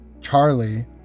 Charlie